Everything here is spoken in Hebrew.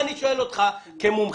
אבל אני שואל אותך כמומחה,